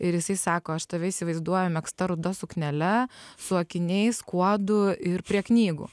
ir jisai sako aš tave įsivaizduoju megzta ruda suknele su akiniais kuodu ir prie knygų